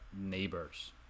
neighbors